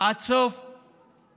עד סוף 2019,